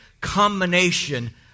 combination